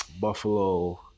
Buffalo